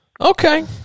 Okay